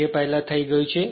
જે પહેલા થઈ ગયું છે